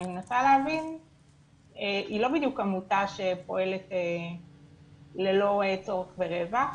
היא לא בדיוק עמותה שפועלת ללא כוונת רווח.